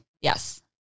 Yes